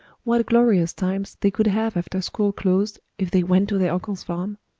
what glorious times they could have after school closed if they went to their uncle's farm!